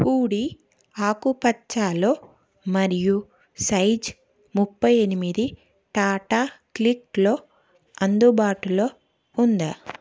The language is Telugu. హూడీ ఆకుపచ్చలో మరియు సైజ్ ముప్పై ఎనిమిది టాటా క్లిక్లో అందుబాటులో ఉందా